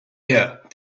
here